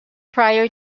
prior